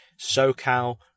SoCal